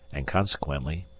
and, consequently,